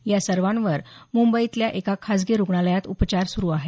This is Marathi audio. या सर्वांवर मुंबईतल्या एका खासगी रुग्णालयात उपचार सुरू आहेत